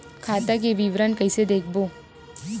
खाता के विवरण कइसे देखबो?